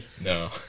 No